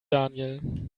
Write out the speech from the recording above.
daniel